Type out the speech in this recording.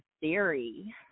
Theory